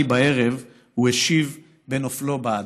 אי בערב / הוא השיב בנפלו בעדה".